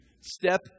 step